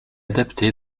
adapté